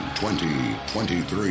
2023